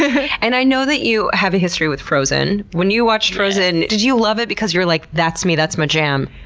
and i know that you have a history with frozen. when you watched frozen, did you love it because you're like, that's me. that's my jam?